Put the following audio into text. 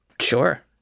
Sure